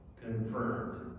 confirmed